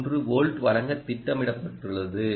3 volt வழங்க திட்டமிடப்பட்டுள்ளது